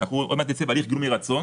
אתה צודק.